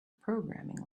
programming